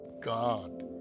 God